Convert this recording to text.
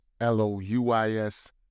l-o-u-i-s